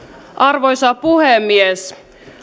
arvoisa puhemies